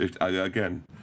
again